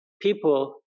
people